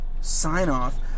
sign-off